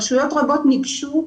רשויות רבות ניגשו,